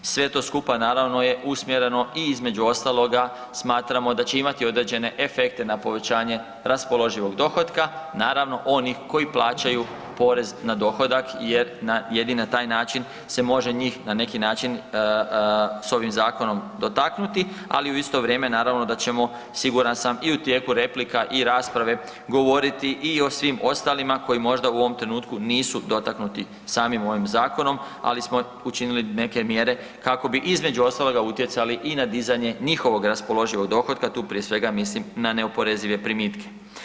Sve to skupa naravno je usmjereno i između ostaloga, smatra da će imati određene efekte na povećanje raspoloživog dohotka, naravno, onih koji plaćaju porez na dohodak jer jedino na taj način se može njih na neki način s ovim zakonom dotaknuti, ali u isto vrijeme, naravno da ćemo, siguran sam, i u tijeku replika i rasprave govoriti i o svim ostalima koji možda u ovom trenutku nisu dotaknuti samim ovim zakonom, ali smo učinili neke mjere kako bi, između ostaloga, utjecali i na dizanje njihovog raspoloživog dohotka, tu prije svega mislim na neoporezive primitke.